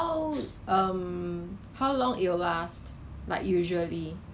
pot of body wash then they pour half to each lah